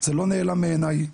זה לא נעלם מעיני,